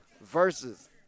versus